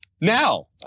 now